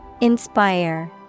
Inspire